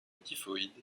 typhoïde